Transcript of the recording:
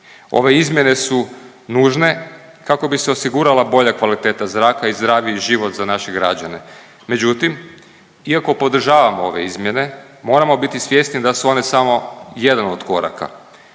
Ove izmjene su nužne kako bi se osigurala bolja kvaliteta zraka i zdraviji život za naše građane. Međutim, iako podržavamo ove izmjene moramo biti svjesni da su one samo jedan od koraka.